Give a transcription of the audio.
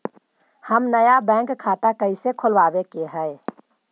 हम नया बैंक खाता कैसे खोलबाबे के है?